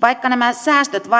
vaikka nämä säästöt